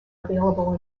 available